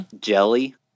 jelly